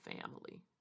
family